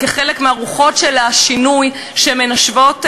כחלק מרוחות השינוי המנשבות,